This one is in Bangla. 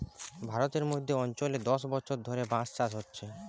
ভারতের মধ্য অঞ্চলে দশ বছর ধরে বাঁশ চাষ হচ্ছে